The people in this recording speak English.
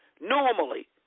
normally